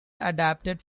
adapted